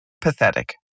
pathetic